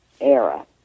era